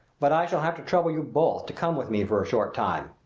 but i shall have to trouble you both to come with me for a short time.